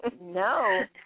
no